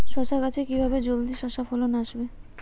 শশা গাছে কিভাবে জলদি শশা ফলন আসবে?